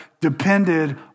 depended